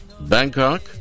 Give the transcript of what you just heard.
Bangkok